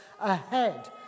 ahead